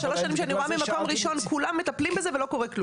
שלוש שנים שאני רואה ממקום ראשון כולם מטפלים בזה ולא קורה כלום.